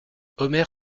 omer